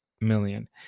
million